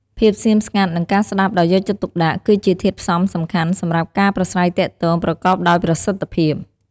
ភាពស្ងៀមស្ងាត់ និងការស្តាប់ដោយយកចិត្តទុកដាក់ គឺជាធាតុផ្សំសំខាន់សម្រាប់ការប្រាស្រ័យទាក់ទងប្រកបដោយប្រសិទ្ធភាព។